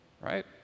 right